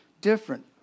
different